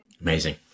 Amazing